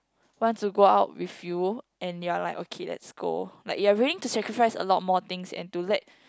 wants to go out with you and you're like okay let's go like you're willing to sacrifice a lot more things and to let